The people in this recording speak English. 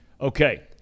okay